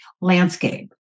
landscape